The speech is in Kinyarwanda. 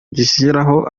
gushyiraho